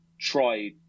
try